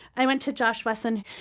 i went to josh wesson,